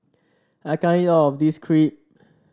I can't eat all of this Crepe